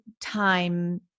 time